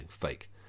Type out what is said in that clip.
fake